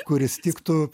kuris tiktų